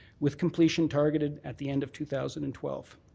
with completion targeted at the end of two thousand and twelve.